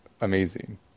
amazing